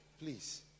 Please